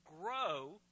grow